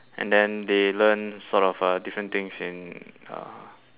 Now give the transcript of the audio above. and then they learn sort of uh different things in uh